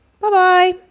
Bye-bye